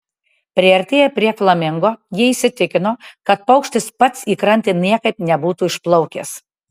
priartėję prie flamingo jie įsitikino kad paukštis pats į krantą niekaip nebūtų išplaukęs